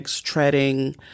treading